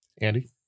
Andy